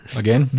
again